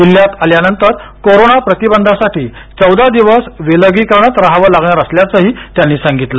जिल्ह्यात आल्यानंतर कोरोना प्रतिबंधासाठी चौदा दिवस विलगीकरणात राहावं लागणार असल्याचंही त्यांनी सांगितलं